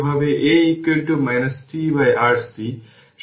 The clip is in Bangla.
সুতরাং এই দিকটিকে VA tRC লেখা যেতে পারে এটি হল ইকুয়েশন 7